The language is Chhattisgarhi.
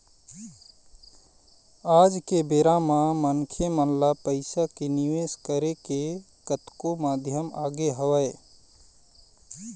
आज के बेरा म मनखे मन ल पइसा के निवेश करे के कतको माध्यम आगे हवय